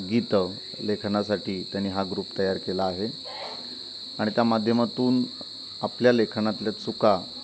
गीतं लेखनासाठी त्यांनी हा ग्रुप तयार केला आहे आणि त्या माध्यमातून आपल्या लेखनातल्या चुका